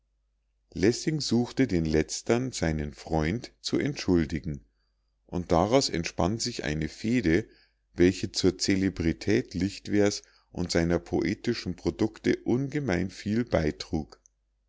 lessing suchte den letztern seinen freund zu entschuldigen und daraus entspann sich eine fehde welche zur celebrität lichtwer's und seiner poetischen produkte ungemein viel beitrug